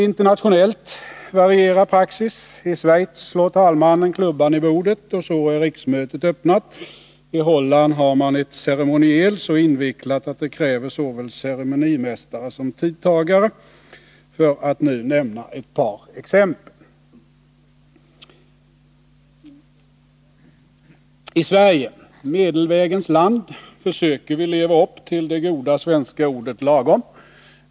Internationellt varierar praxis: I Schweiz slår talmannen klubban i bordet, och så är riksmötet öppnat, och i Holland har man ett ceremoniel så invecklat att det kräver såväl ceremonimästare som tidtagare, för att nu nämna ett par exempel. I Sverige — medelvägens land — försöker vi leva upp till det goda svenska ordet lagom.